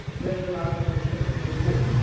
then you're not going to have any reward.